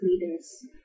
leaders